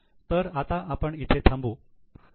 तर आता आपण इथे थांबू